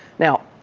now,